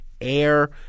air